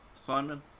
simon